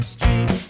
Street